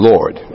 Lord